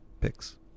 picks